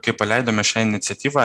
kai paleidome šią iniciatyvą